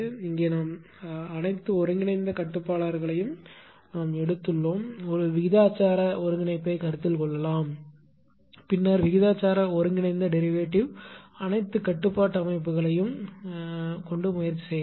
இங்கே நாம் அனைத்து ஒருங்கிணைந்த கட்டுப்பாட்டாளர்களையும் எடுத்துள்ளோம் ஒரு விகிதாசார ஒருங்கிணைப்பைக் கருத்தில் கொள்ளலாம் பின்னர் விகிதாசார ஒருங்கிணைந்த டெரிவேட்டிவ் அனைத்து கட்டுப்பாட்டு அமைப்புகளையும் முயற்சி செய்யலாம்